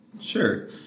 Sure